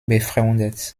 befreundet